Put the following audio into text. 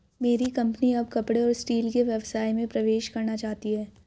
मेरी कंपनी अब कपड़े और स्टील के व्यवसाय में प्रवेश करना चाहती है